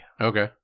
Okay